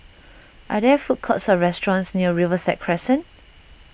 are there food courts or restaurants near Riverside Crescent